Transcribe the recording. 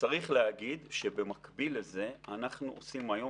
צריך להגיד שבמקביל לזה אנחנו עושים היום